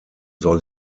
soll